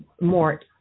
more